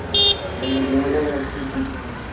न्यूनम् अस्ति किञ्चित्